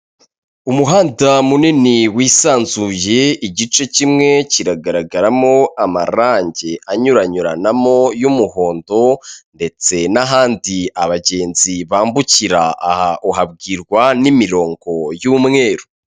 Umuhanda munini wisanzuye, igice kimwe kiragaragaramo amarangi anyuranyuranamo y'umuhondo ndetse n'ahandi abagenzi bambukira, aha uhabwirwa n'imirongo y'umweru.